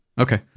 okay